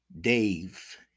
Dave